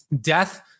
death